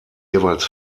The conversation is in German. jeweils